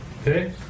okay